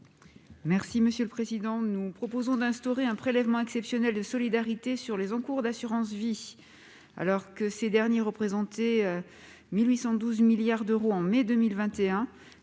Mme Isabelle Briquet. Nous proposons d'instaurer un prélèvement exceptionnel de solidarité sur les encours d'assurance vie. Ces derniers représentaient 1 812 milliards d'euros en mai 2021,